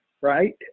right